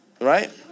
Right